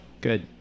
good